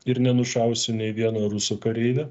ir nenušausi nei vieno rusų kareivio